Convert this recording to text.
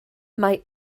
mae